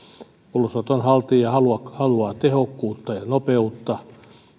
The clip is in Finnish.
ulosoton haltija haluaa tehokkuutta ja nopeutta